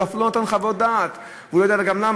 הוא אפילו לא נתן חוות דעת, הוא לא ידע גם למה.